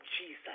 Jesus